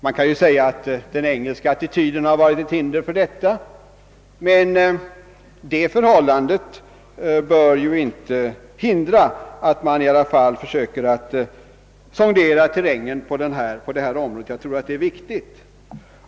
Det kan ju sägas att den engelska attityden varit ett hinder för detta, men det bör ju inte hindra att vi i alla fall försöker att sondera terrängen. Jag tror att det är viktigt.